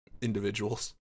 individuals